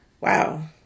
Wow